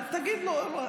תגיד לו.